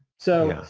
so,